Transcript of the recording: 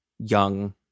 young